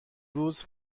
روز